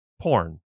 porn